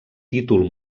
títol